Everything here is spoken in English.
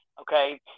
okay